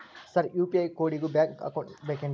Sir UPI ಕೋಡಿಗೂ bank account ಬೇಕೆನ್ರಿ?